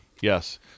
yes